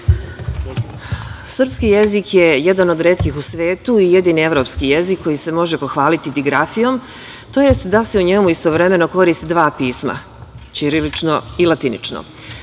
jezik je jedan od retkih u svetu i jedini evropski jezik koji se može pohvaliti digrafijom, tj. da se u njemu istovremeno koriste dva pisma, ćirilično i latinično.